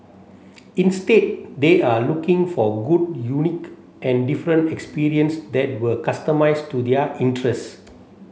instead they are looking for good unique and different experience that were customised to their interest